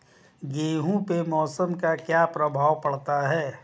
गेहूँ पे मौसम का क्या प्रभाव पड़ता है?